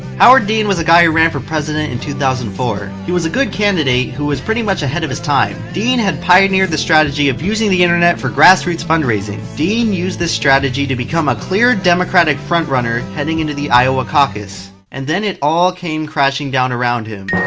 howard dean was a guy who ran for president in two thousand and four. he was a good candidate, who was pretty much ahead of his time. dean had pioneered the strategy of using the internet for grassroots fundraising. dean used this strategy to become a clear democratic frontrunner, heading into the iowa caucus. and then it all came crashing down around him.